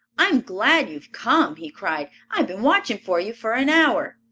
i'm glad you've come, he cried. i've been watching for you for an hour.